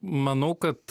manau kad